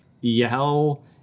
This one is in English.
yell